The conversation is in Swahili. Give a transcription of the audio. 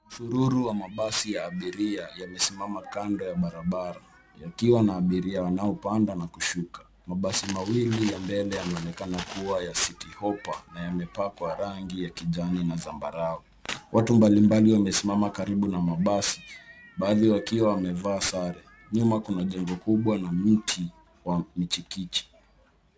Msururu wa mabasi ya abiria imesimama kando ya barabara ikiwa na abiria wanaopanda na kushuka. Mabasi mawili ya mbele yanaonekana kuwa ya Citi Hoppa na yamepakwa rangi ya kijani na zambarau. Watu mbalimbali wamesimama karibu na mabasi baadhi wakiwa wamevaa sare. Nyuma kuna jengo kubwa na mti wa michikichi.